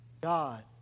God